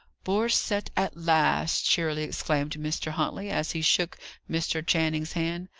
borcette at last! cheerily exclaimed mr. huntley, as he shook mr. channing's hand.